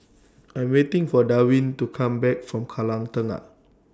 I Am waiting For Darwin to Come Back from Kallang Tengah